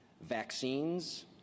Vaccines